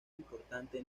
importante